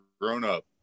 grown-up